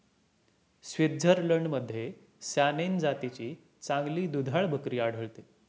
स्वित्झर्लंडमध्ये सॅनेन जातीची चांगली दुधाळ बकरी आढळते